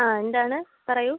ആ എന്താണ് പറയൂ